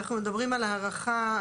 אנחנו מדברים על הארכה,